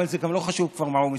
אבל זה גם לא חשוב כבר מה הוא מספר,